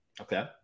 Okay